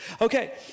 Okay